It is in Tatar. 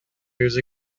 үзе